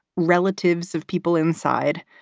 relatives of people inside.